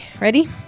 ready